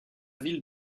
ville